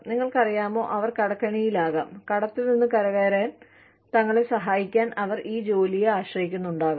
നിങ്ങൾക്കറിയാമോ അവർ കടക്കെണിയിലാകാം കടത്തിൽ നിന്ന് കരകയറാൻ തങ്ങളെ സഹായിക്കാൻ അവർ ഈ ജോലിയെ ആശ്രയിക്കുന്നുണ്ടാകാം